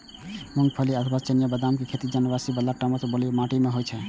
मूंगफली अथवा चिनिया बदामक खेती जलनिकासी बला दोमट व बलुई माटि मे होइ छै